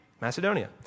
Macedonia